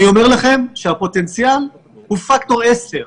אני אומר לכם שהפוטנציאל הוא פקטור עשר,